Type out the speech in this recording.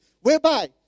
Whereby